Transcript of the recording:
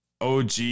OG